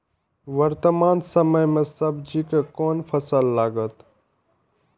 वर्तमान समय में सब्जी के कोन फसल लागत?